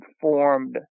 formed